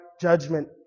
judgment